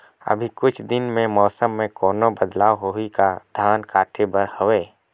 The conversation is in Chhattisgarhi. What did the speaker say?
अभी कुछ दिन मे मौसम मे कोनो बदलाव होही का? धान काटे बर हवय?